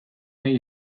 nahi